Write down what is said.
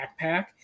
backpack